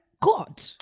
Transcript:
God